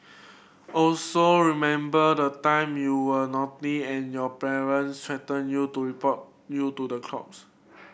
also remember the time you were naughty and your parents threatened you to report you to the corps